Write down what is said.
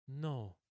No